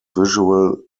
visual